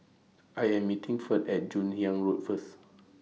I Am meeting Ferd At Joon Hiang Road First